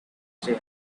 same